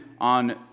on